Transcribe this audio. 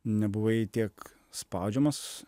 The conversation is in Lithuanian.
nebuvai tiek spaudžiamas